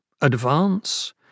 Advance